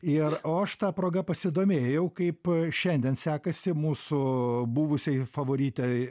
ir o aš ta proga pasidomėjau kaip šiandien sekasi mūsų buvusiai favoritei